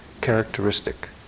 characteristic